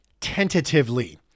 tentatively